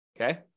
Okay